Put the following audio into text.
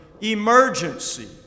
emergency